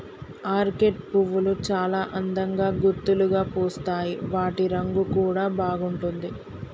orchid పువ్వులు చాల అందంగా గుత్తులుగా పూస్తాయి వాటి రంగు కూడా బాగుంటుంది